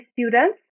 students